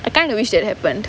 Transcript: I kind of wish that happened